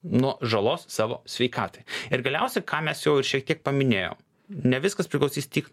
nuo žalos savo sveikatai ir galiausiai ką mes jau ir šiek tiek paminėjom ne viskas priklausys tik